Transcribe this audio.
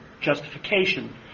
justification